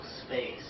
space